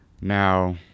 Now